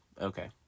okay